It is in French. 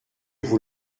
vous